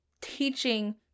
teaching